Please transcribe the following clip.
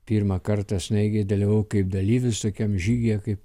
pirmą kartą snaigėj dalyvavau kaip dalyvis tokiam žygyje kaip